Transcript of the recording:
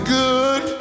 good